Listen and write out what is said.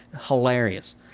Hilarious